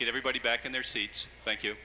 get everybody back in their seats thank you